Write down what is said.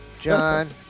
John